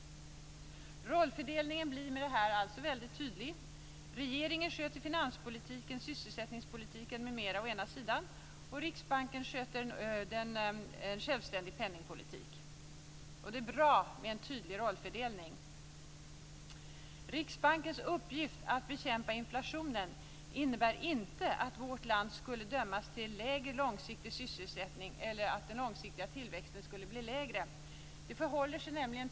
Rollfördelningen blir tydlig. Regeringen sköter å ena sidan finanspolitiken, sysselsättning m.m., Riksbanken sköter å andra sidan en självständig penningpolitik. Det är bra med en tydlig rollfördelning. Riksbankens uppgift att bekämpa inflationen innebär inte att vårt land skulle dömas till lägre långsiktig sysselsättning eller att den långsiktiga tillväxten skulle bli lägre. Det förhåller sig tvärtom.